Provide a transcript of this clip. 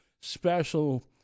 special